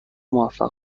موفق